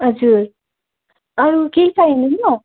हजुर अरू केही चाहिँदैन